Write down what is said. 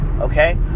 Okay